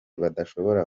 badashobora